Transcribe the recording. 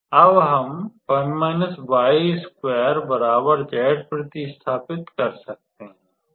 अब हम प्र्तिस्थापित कर सकते हैं